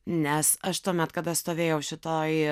nes aš tuomet kada stovėjau šitoj